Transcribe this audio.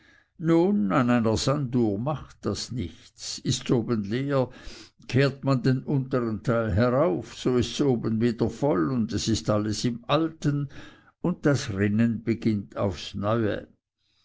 nun an einer sanduhr macht das nichts ists oben leer kehrt man den untern teil herauf so ists oben wieder voll es ist alles im alten und das rinnen beginnt aufs neue